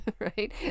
right